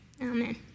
Amen